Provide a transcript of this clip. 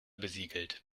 besiegelt